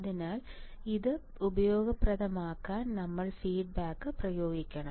അതിനാൽ ഇത് ഉപയോഗപ്രദമാക്കാൻ നമ്മൾ ഫീഡ്ബാക്ക് പ്രയോഗിക്കണം